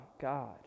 God